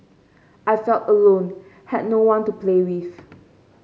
I felt alone had no one to play with